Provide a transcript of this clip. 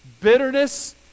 Bitterness